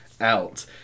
out